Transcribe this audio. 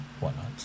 whatnot